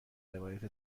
روایت